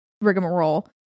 rigmarole